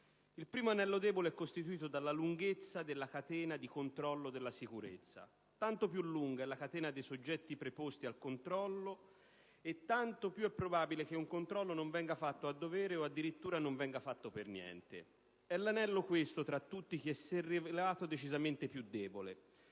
Il primo anello debole è costituito dalla lunghezza della catena di controllo della sicurezza: tanto più lunga è la catena dei soggetti preposti al controllo e tanto più è probabile che un controllo non venga fatto a dovere, o che addirittura non venga fatto per niente. Questo è l'anello, tra tutti, che si è rivelato decisamente più debole.